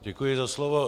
Děkuji za slovo.